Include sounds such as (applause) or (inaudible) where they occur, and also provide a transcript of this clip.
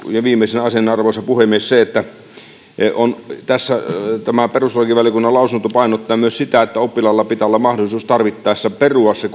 viimeisenä asiana arvoisa puhemies se että perustuslakivaliokunnan lausunto painottaa myös sitä että oppilaalla pitää olla mahdollisuus tarvittaessa perua se (unintelligible)